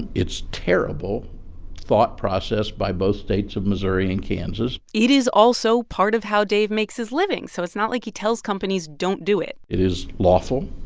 it's terrible thought process by both states of missouri and kansas it is also part of how dave makes his living, so it's not like he tells companies don't do it it is lawful.